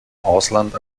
ausland